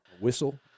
whistle